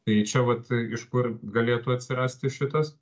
tai čia vat iš kur galėtų atsirasti šitas